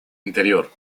interior